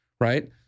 right